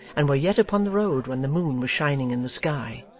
and were yet upon the road when the moon was shining in the sky.